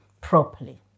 properly